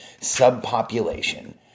subpopulation